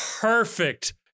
Perfect